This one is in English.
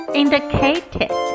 indicated